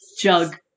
jug